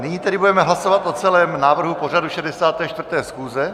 Nyní tedy budeme hlasovat o celém návrhu pořadu 64. schůze.